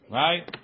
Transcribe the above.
right